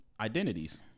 identities